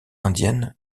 indienne